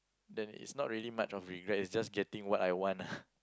then it's not really much of regret it's just getting what I want lah